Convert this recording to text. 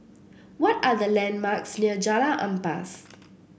what are the landmarks near Jalan Ampas